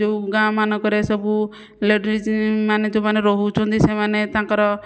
ଯେଉଁ ଗାଁମାନଙ୍କରେ ସବୁ ଲେଡ଼ିଜ୍ ମାନେ ଯେଉଁମାନେ ରହୁଛନ୍ତି ସେମାନେ ତାଙ୍କର